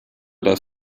das